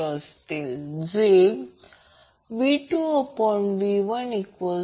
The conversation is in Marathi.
तर सर्वसाधारणपणे जर आपण पहिली अट XL XC R घेतली की शेवटी mod XL mod XC प्रत्यक्षात R आहे